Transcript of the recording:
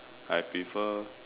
I prefer